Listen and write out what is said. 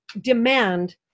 demand